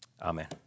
Amen